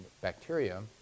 bacteria